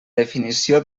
definició